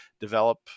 develop